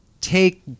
take